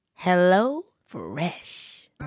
HelloFresh